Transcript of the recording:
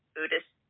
Buddhist